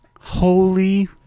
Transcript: Holy